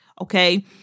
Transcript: okay